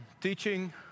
teaching